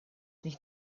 nicht